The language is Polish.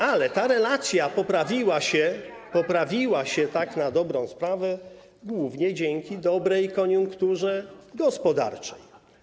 Ale ta relacja poprawiła się tak na dobrą sprawę głównie dzięki dobrej koniunkturze gospodarczej.